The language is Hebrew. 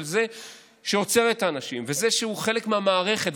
של זה שעוצר את האנשים וזה שהוא חלק מהמערכת,